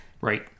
Right